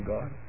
God